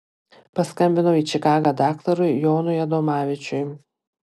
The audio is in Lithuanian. paskambinau į čikagą daktarui jonui adomavičiui